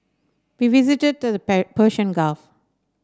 we visited the Persian Gulf